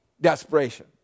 desperation